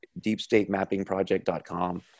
DeepStateMappingProject.com